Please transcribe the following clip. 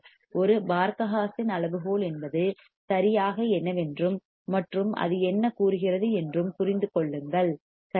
ஒரு Barkhausen அளவுகோல் என்பது சரியாக என்னவென்றும் மற்றும் அது என்ன கூறுகிறது என்றும் புரிந்து கொள்ளுங்கள் சரி